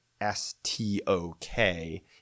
s-t-o-k